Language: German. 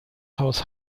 haus